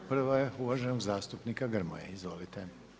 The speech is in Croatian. Prva je uvaženog zastupnika Gromoje, izvolite.